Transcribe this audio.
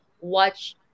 watch